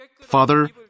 Father